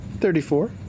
thirty-four